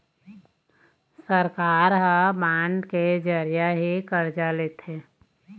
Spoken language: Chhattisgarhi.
सरकार ह बांड के जरिया ही करजा लेथे